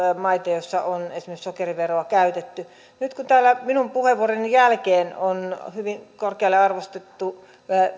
maita joissa on esimerkiksi sokeriveroa käytetty nyt kun täällä minun puheenvuoroni jälkeen on hyvin korkealle arvostettu